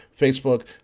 Facebook